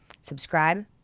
Subscribe